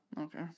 Okay